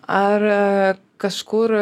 ar kažkur